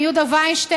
עם יהודה וינשטיין,